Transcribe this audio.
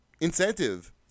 incentive